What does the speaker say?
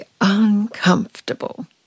uncomfortable